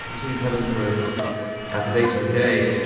you said you're traveling for half a day to a day,